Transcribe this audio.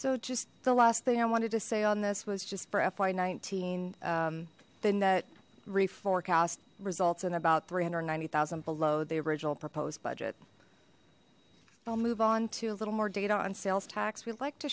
so just the last thing i wanted to say on this was just for fy nineteen then that reef forecast results in about three hundred ninety thousand below the original proposed budget i'll move on to a little more data on sales tax we'd like to